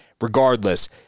regardless